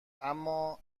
اما